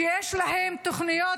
שיש להם תוכניות,